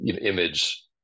image